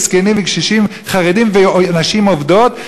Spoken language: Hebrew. זקנים וקשישים חרדים ונשים עובדות?